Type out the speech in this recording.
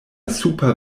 supra